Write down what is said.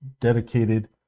dedicated